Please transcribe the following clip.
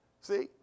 See